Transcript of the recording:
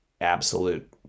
absolute